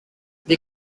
they